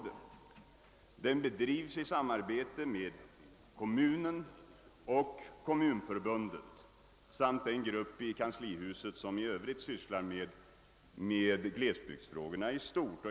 Denna modellplanering bedrivs i samarbete med kommunen och Kommunförbundet samt den grupp i kanslihuset som i Övrigt sysslar med glesbygdsfrågorna i stort.